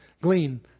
glean